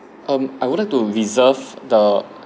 um I would like to reserve the